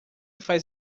faz